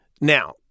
Now